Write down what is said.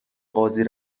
قاضی